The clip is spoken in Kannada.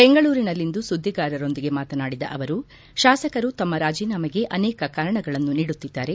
ಬೆಂಗಳೂರಿನಲ್ಲಿಂದು ಸುದ್ದಿಗಾರರೊಂದಿಗೆ ಮಾತನಾಡಿದ ಅವರು ತಾಸಕರು ತಮ್ನ ರಾಜೀನಾಮೆಗೆ ಅನೇಕ ಕಾರಣಗಳನ್ನು ನೀಡುತ್ತಿದ್ದಾರೆ